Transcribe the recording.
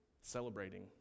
celebrating